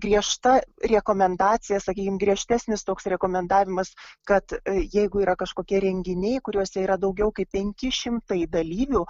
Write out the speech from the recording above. griežta rekomendacija sakykim griežtesnis toks rekomendavimas kad jeigu yra kažkokie renginiai kuriuose yra daugiau kaip penki šimtai dalyvių